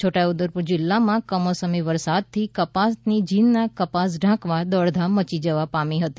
છોટા ઉદેપુર જિલ્લામાં કમોસમી વરસાદથી કપાસની જીનમાં કપાસ ઢાંકવા દોડધામ મચી જવા પામી છે